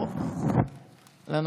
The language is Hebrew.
זו זכות גדולה,